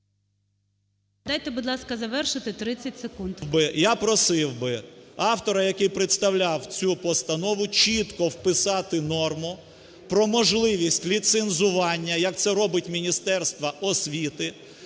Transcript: Дайте, будь ласка, завершити 30 секунд. СОБОЛЄВ С.В. Я просив би автора, який представляв цю постанову, чітко вписати норму про можливість ліцензування, як це робить Міністерство освіти,